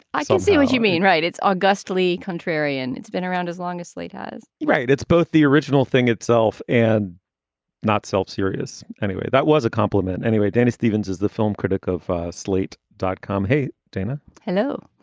i don't see what you mean right. it's august lee contrarian. it's been around as long as slate has right. it's both the original thing itself and not self-serious anyway. that was a compliment. anyway, dennis stephens is the film critic of slate dot dot com. hey, dana hello.